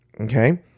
okay